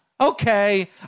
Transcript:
Okay